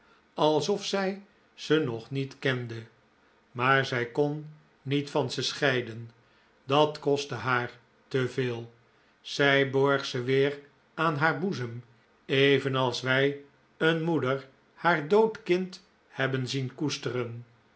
alsof zij ze nog niet kende maar zij kon niet van ze scheiden dat kostte haar te veel zij borg ze weer aan haar boezem evenals wij een moeder haar dood kind hebben zien koesteren